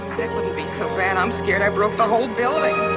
that wouldn't be so bad. i'm scared i broke the whole building.